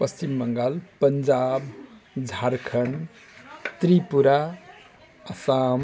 Paschim Bengal Punjab Jharkhand Tripura Assam